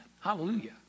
Hallelujah